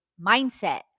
mindset